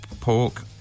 Pork